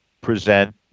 present